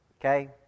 Okay